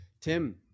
Tim